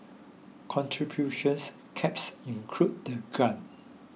contributions caps include the grant